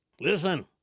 Listen